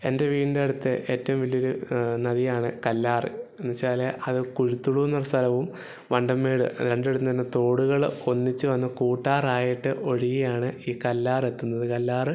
എന്റെ വീടിന്റെ അടുത്ത് ഏറ്റവും വലിയൊരു നദിയാണ് കല്ലാറ് എന്ന് വെച്ചാല് അത് കുഴുത്തുടൂന്ന് പറഞ്ഞ സ്ഥലവും വണ്ടൻമേട് രണ്ടിടത്ത് നിന്ന് വരുന്ന തോടുകള് ഒന്നിച്ച് വന്ന് കൂട്ടാറായിട്ട് ഒഴുകിയാണ് ഈ കല്ലാറെത്തുന്നത് കല്ലാറ്